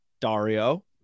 Dario